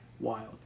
Wild